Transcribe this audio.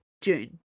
June